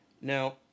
now